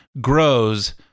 grows